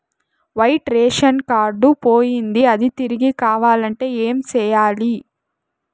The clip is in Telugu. వైట్ రేషన్ కార్డు పోయింది అది తిరిగి కావాలంటే ఏం సేయాలి